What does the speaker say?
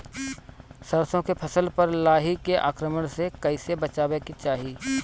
सरसो के फसल पर लाही के आक्रमण से कईसे बचावे के चाही?